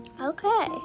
Okay